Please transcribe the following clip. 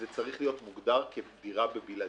זה צריך להיות מוגדר בדירה בבלעדיות,